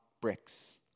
bricks